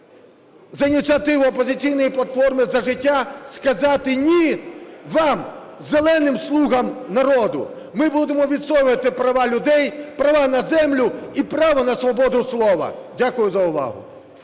за ініціативи "Опозиційної платформи – За життя" сказати "ні" вам, "зеленим слугам народу". Ми будемо відстоювати права людей, права на землю і право на свободу слова. Дякую за увагу.